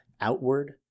outward